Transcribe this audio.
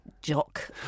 jock